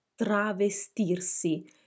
travestirsi